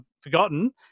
forgotten